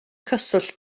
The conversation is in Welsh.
cyswllt